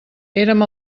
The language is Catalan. érem